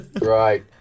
Right